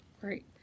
Great